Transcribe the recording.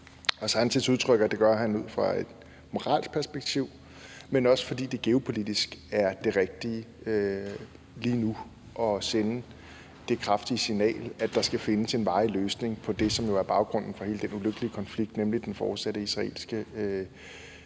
Palæstina. Sánchez udtrykker det ud fra et moralsk perspektiv, men også, fordi det geopolitisk lige nu er det rigtige at sende det kraftige signal, at der skal findes en varig løsning på det, som jo er baggrunden for hele den ulykkelige konflikt, nemlig den fortsatte israelske militære